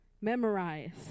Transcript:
memorize